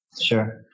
Sure